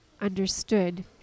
understood